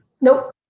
Nope